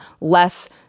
less